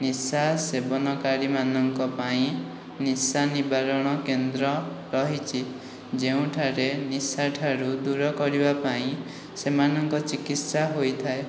ନିଶା ସେବନକାରୀମାନଙ୍କ ପାଇଁ ନିଶା ନିବାରଣ କେନ୍ଦ୍ର ରହିଛି ଯେଉଁଠାରେ ନିଶାଠାରୁ ଦୂର କରିବାପାଇଁ ସେମାନଙ୍କ ଚିକିତ୍ସା ହୋଇଥାଏ